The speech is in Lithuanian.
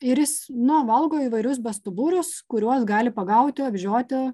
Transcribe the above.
ir jis nu valgo įvairius bestuburius kuriuos gali pagauti apžioti